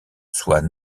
soit